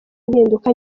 impinduka